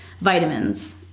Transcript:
vitamins